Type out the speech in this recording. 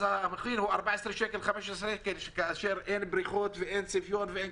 15-14 שקל, ואין בריחות ואין צפיון.